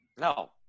No